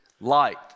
light